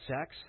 sex